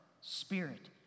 spirit